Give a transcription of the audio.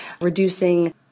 reducing